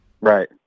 Right